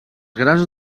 grans